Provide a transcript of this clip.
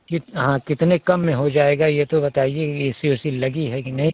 कि हाँ कितने कम में हो जाएगा ये तो बताईए ए सी ऊसी लगी है कि नहीं